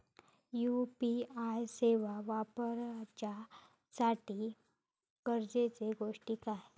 UPI सेवा वापराच्यासाठी गरजेचे गोष्टी काय?